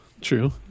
True